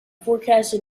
forecasting